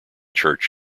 church